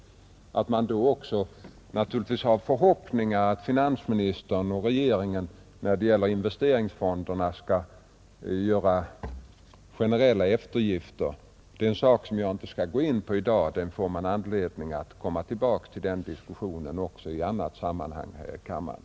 Att man då naturligtvis också har förhoppningar om att finansministern och regeringen skall göra generella eftergifter när det gäller investeringsfonderna är något som jag inte skall gå in på i dag. Till den diskussionen får vi anledning att återkomma i annat sammanhang här i riksdagen,